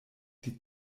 die